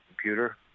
computer